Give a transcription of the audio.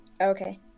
okay